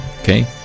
Okay